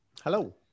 Hello